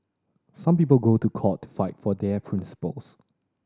some people go to court to fight for their principles